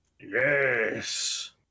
Yes